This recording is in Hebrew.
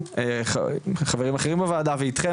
עם חברים אחרים בוועדה ואיתכם,